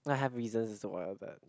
I have reasons also why at that